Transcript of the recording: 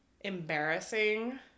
embarrassing